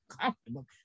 comfortable